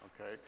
Okay